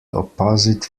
opposite